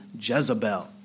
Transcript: Jezebel